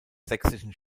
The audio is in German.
sächsischen